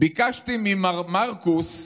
ביקשתי ממר מרקוס,